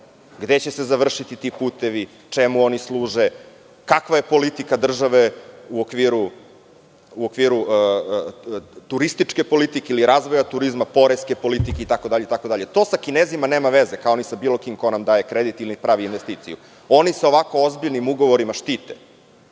gde će se završiti ti putevi, čemu oni služe, kakva je politika države u okviru turističke politike, ili razvoja turizma, poreske politike itd? To sa Kinezima nema veze, kao ni sa bilo kim ko nam daje kredit ili pravi investiciju. Oni sa ovako ozbiljnim ugovorima štite.